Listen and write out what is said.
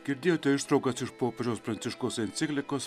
girdėjote ištraukas iš popiežiaus pranciškaus enciklikos